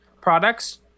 products